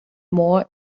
more